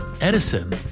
Edison